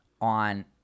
on